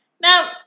Now